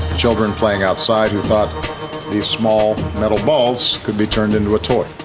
children playing outside who thought these small metal balls could be turned into a toy.